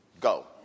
Go